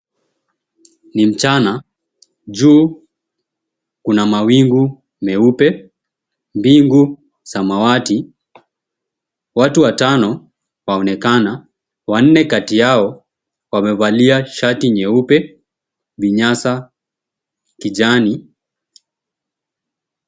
Ni mchana. Juu kuna mawingu meupe, mbingu samawati. Watu watano waonekana, wanne kati yao wamevalia shati nyeupe, vinyasa kijani.